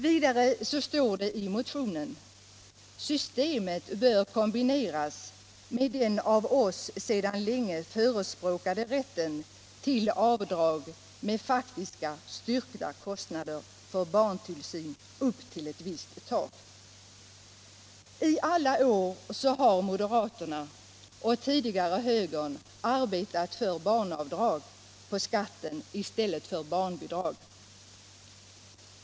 Vidare står det i motionen:”Systemet bör kombineras med den av oss sedan länge förespråkade rätten till avdrag med faktiska, styrkta kostnader för barntillsyn upp till ett visst tak.” I alla år har moderaterna, och tidigare högern, arbetat för barnavdrag på skatten i stället för barnbidrag.